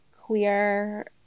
queer